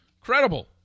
Credible